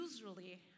usually